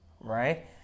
right